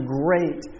great